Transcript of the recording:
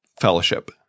fellowship